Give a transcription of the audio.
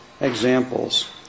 examples